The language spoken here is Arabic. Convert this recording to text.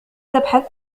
تبحث